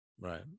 Right